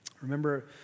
Remember